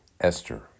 Esther